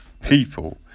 people